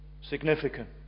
significant